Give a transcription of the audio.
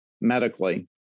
medically